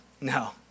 No